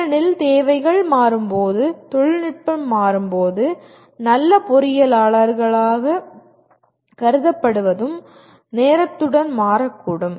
ஏனெனில் தேவைகள் மாறும்போது தொழில்நுட்பம் மாறும்போது நல்ல பொறியியலாளராகக் கருதப்படுவதும் நேரத்துடன் மாறக்கூடும்